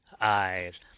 eyes